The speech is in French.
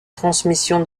transmission